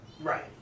Right